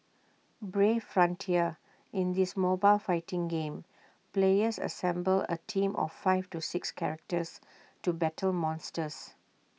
brave frontier in this mobile fighting game players assemble A team of five to six characters to battle monsters